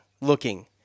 looking